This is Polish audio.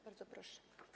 Bardzo proszę.